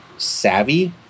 Savvy